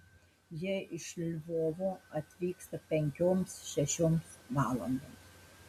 jie iš lvovo atvyksta penkioms šešioms valandoms